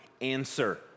answer